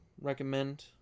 recommend